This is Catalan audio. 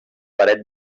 paret